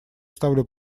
ставлю